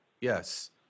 Yes